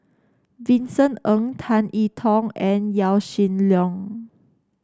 Vincent Ng Tan I Tong and Yaw Shin Leong